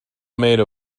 made